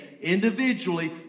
individually